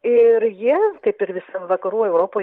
ir jie kaip ir visa vakarų europoj